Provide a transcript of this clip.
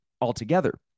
altogether